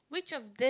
which of this